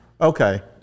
Okay